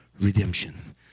redemption